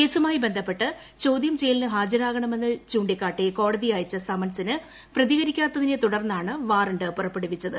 കേസുമായി ബന്ധപ്പെട്ട് ചോദ്യം ചെയ്യലിന് ഹാജരാകണമെന്ന് ചൂണ്ടിക്കാട്ടി കോടതി അയച്ച സമൻസിന് പ്രതികരിക്കാത്തതിനെ തുടർന്നാണ് വാറന്റ് പുറപ്പെടുവിച്ചത്